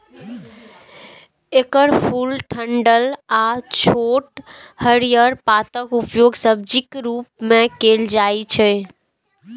एकर फूल, डंठल आ छोट हरियर पातक उपयोग सब्जीक रूप मे कैल जाइ छै